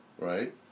right